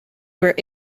were